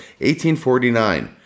1849